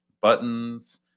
Buttons